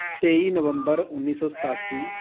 ਤੇਈ ਨਵੰਬਰ ਉੱਨੀ ਸੌ ਸਤਾਸੀ